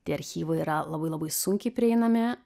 tie archyvai yra labai labai sunkiai prieinami